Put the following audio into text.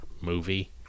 movie